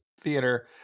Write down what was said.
theater